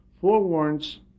forewarns